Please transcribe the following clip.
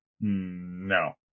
No